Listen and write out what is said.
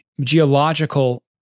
geological